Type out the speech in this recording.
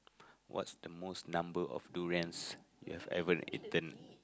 what's the most number of durian you have ever eaten